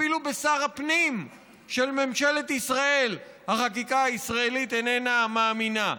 אפילו בשר הפנים של ממשלת ישראל החקיקה הישראלית איננה מאמינה.